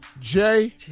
Jay